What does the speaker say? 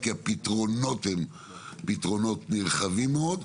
שהפתרונות אליהם הם פתרונות נרחבים מאוד,